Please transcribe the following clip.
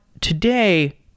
today